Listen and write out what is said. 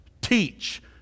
teach